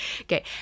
okay